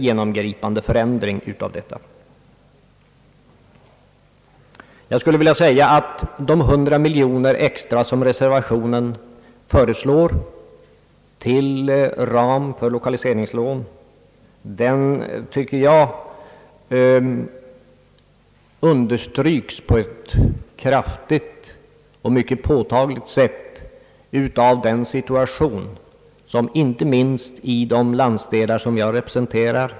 Reservanternas förslag om 100 miljoner extra till ramen för lokaliseringslån stöds mycket kraftigt och påtagligt, tycker jag, av den situation som just nu råder inte minst i de landsdelar jag representerar.